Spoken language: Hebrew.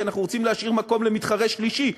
כי אנחנו רוצים להשאיר מקום למתחרה שלישי,